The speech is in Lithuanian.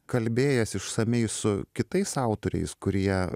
kalbėjęs išsamiai su kitais autoriais kurie